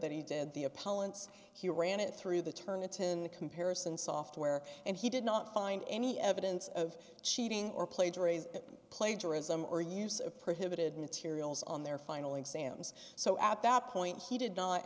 that he did the apologists he ran it through the turnitin comparison software and he did not find any evidence of cheating or plagiarism plagiarism or use of prohibited materials on their final exams so at that point he did not